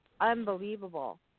unbelievable